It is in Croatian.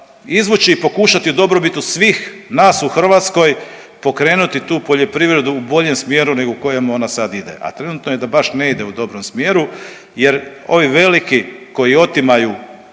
izvući i pokušati u dobrobiti svih nas u Hrvatskoj pokrenuti tu poljoprivredu u boljem smjeru nego u kojem ona sad ide, a trenutno je da baš ne ide u dobrom smjeru jer ovi veliki koji otimaju